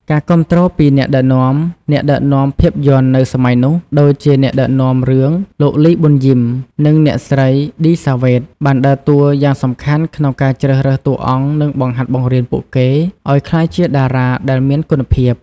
ការគាំទ្រពីអ្នកដឹកនាំ អ្នកដឹកនាំភាពយន្តនៅសម័យនោះ ដូចជាអ្នកដឹកនាំរឿង លោក លី ប៊ុនយីម និង អ្នកស្រី ឌី សាវ៉េត បានដើរតួយ៉ាងសំខាន់ក្នុងការជ្រើសរើសតួអង្គនិងបង្ហាត់បង្រៀនពួកគេឱ្យក្លាយជាតារាដែលមានគុណភាព។